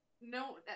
no